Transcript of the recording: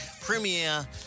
premiere